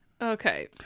Okay